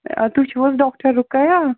آ تُہۍ چھِو حظ ڈاکٹر رُقییہ